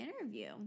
interview